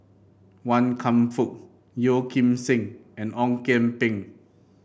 Wan Kam Fook Yeo Kim Seng and Ong Kian Peng